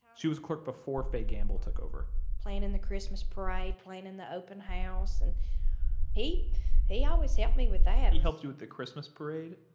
she was the clerk before faye gamble took over planning the christmas parade, planning the open house. and he he always helped me with that he helped you with the christmas parade?